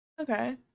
Okay